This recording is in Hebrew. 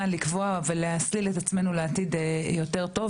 לקבוע ולהסליל את עצמנו לעתיד יותר טוב,